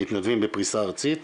מתנדבים בפריסה ארצית,